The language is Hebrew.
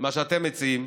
מה שאתם מציעים,